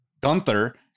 Gunther